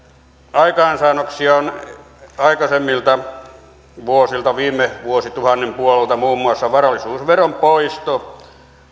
aikaansaannoksiaan aikaisemmilta vuosilta viime vuosituhannen puolelta on muun muassa varallisuusveron poisto